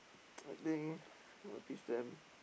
I think I'll teach them